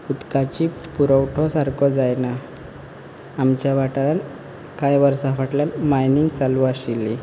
उदकाची पुरवतो सारको जायना आमच्या वाठारांत कांय वर्सां फाटल्यान मायनींग चालू आशिल्ली